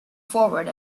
forward